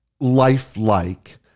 lifelike